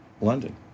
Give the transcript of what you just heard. London